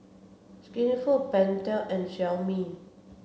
Skinfood Pentel and Xiaomi